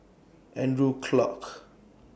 Andrew Clarke